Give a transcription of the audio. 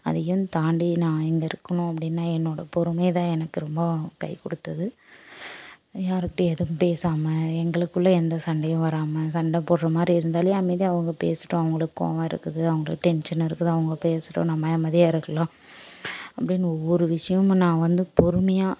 அதையும் தாண்டி நான் இங்கே இருக்கணும் அப்படினா என்னோடய பொறுமை தான் எனக்கு ரொம்ப கை கொடுத்தது யாருக்கிட்டையும் எதுவும் பேசாமல் எங்களுக்குள்ள எந்த சண்டையும் வராமல் சண்டை போடுகிற மாதிரி இருந்தாலே அமைதியாக அவங்க பேசுட்டும் அவங்களுக்கு கோவம் இருக்குது அவங்களுக்கு டென்ஷன் இருக்குது அவங்க பேசுட்டும் நம்ம அமைதியாக இருக்கலாம் அப்படின்னு ஒவ்வொரு விஷயமும் நான் வந்து பொறுமையாக